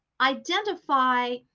identify